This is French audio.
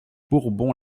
bourbon